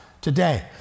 today